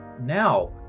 now